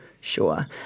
sure